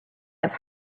have